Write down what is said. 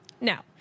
Now